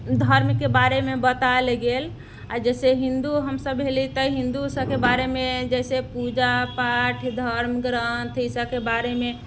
धर्मके बारेमे बताओल गेल आ जैसे हिन्दू हमसब भेलियै तऽ हिन्दू सबकेँ बारेमे जैसे पूजा पाठ धर्म ग्रन्थ ई सबके बारेमे